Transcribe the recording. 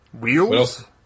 Wheels